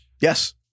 Yes